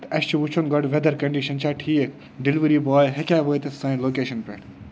تہٕ اسہِ چھُ وُچھُن گۄڈٕ ویٚدر کَنٛڈِشَن چھا ٹھیٖک ڈیٚلؤری بھاے ہیٚکیٛہا وٲتِتھ سانہِ لوکیشَن پٮ۪ٹھ